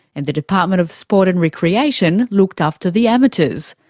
and the department of sport and recreation looked after the amateurs.